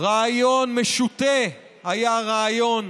רעיון משוטה היה הרעיון